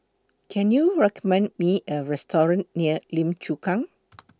Can YOU recommend Me A Restaurant near Lim Chu Kang